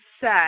set